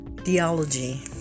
theology